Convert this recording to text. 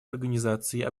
организации